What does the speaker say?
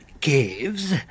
Caves